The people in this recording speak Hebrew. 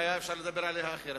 והיה אפשר לדבר עליהם אחרת.